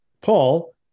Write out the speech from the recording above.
Paul